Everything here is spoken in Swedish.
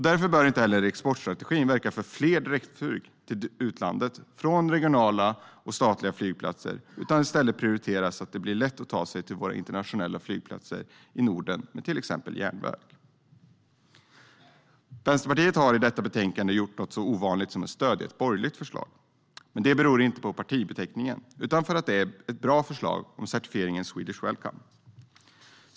Därför bör inte heller exportstrategin verka för fler direktflyg till utlandet från regionala och statliga flygplatser utan i stället prioritera så att det blir lätt att ta sig till våra internationella flygplatser i Norden med till exempel järnväg. Vänsterpartiet har i detta betänkande gjort något så ovanligt som att stödja ett borgerligt förslag. Men det beror inte på partibeteckningen utan på att det är ett bra förslag om certifieringen Swedish Welcome.